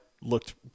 looked